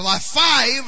Five